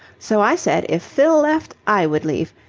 so i said, if fill left, i would leave.